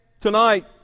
tonight